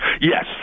Yes